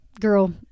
Girl